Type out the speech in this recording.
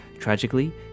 Tragically